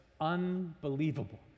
unbelievable